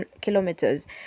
kilometers